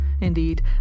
Indeed